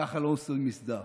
ככה לא עושים מסדר.